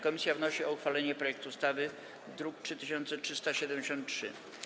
Komisja wnosi o uchwalenie projektu ustawy z druku nr 3373.